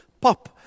pop